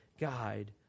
guide